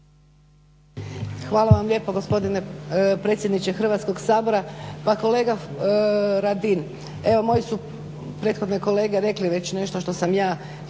Hvala vam lijepa gospodine predsjedniče Hrvatskog sabora, pa kolega Radin, evo moji su prethodne kolege rekli već nešto što sam ja